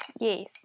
Yes